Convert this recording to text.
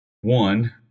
one